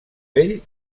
vell